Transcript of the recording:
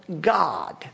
God